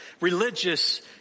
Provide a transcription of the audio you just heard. religious